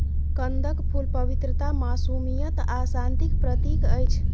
कंदक फुल पवित्रता, मासूमियत आ शांतिक प्रतीक अछि